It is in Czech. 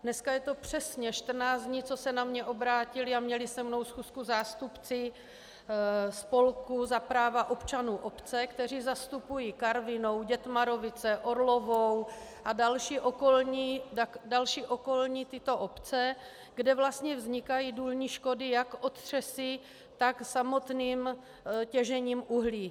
Dneska je to přesně 14 dní, co se na mě obrátili a měli se mnou schůzku zástupci spolku Za práva občanů obce, kteří zastupují Karvinou, Dětmarovice, Orlovou a další okolní tyto obce, kde vlastně vznikají důlní škody jak otřesy, tak samotným těžením uhlí.